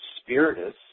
spiritus